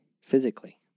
physically